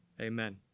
Amen